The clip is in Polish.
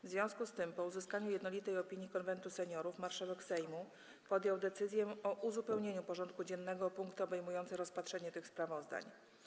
W związku z tym, po uzyskaniu jednolitej opinii Konwentu Seniorów, marszałek Sejmu podjął decyzję o uzupełnieniu porządku dziennego o punkty obejmujące rozpatrzenie tych sprawozdań.